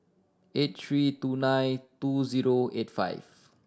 eight three two nine two zero eight five